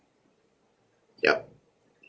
ya